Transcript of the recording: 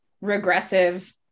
regressive